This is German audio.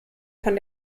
von